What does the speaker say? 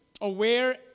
aware